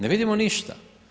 Ne vidimo ništa.